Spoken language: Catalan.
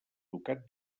ducat